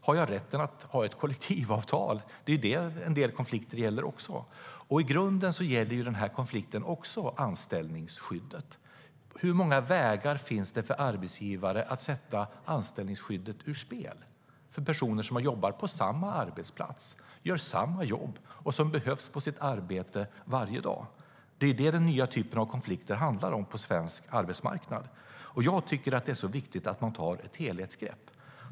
Har jag rätten att ha ett kollektivavtal? Det är det en del konflikter gäller. I grunden gäller den här konflikten också anställningsskyddet. Hur många vägar finns det för arbetsgivare att sätta anställningsskyddet ur spel för personer som jobbar på samma arbetsplats, som gör samma jobb och som behövs på sitt arbete varje dag? Det är det som den nya typen av konflikter handlar om på svensk arbetsmarknad, och jag tycker att det är viktigt att man tar ett helhetsgrepp.